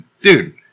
dude